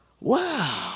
wow